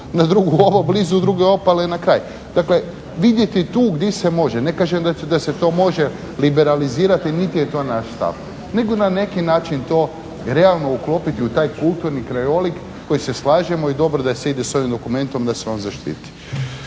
na drugu obalu blizu druge obale na kraj. Dakle vidjeti tu gdje se može, ne kažem da se to može liberalizirati niti je to naš stav nego na neki način to je realno uklopiti u taj kulturni krajolik koji se slažemo i dobro da se ide s ovim dokumentom da se on zaštiti.